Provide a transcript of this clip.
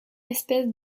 espèce